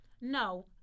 no